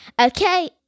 Okay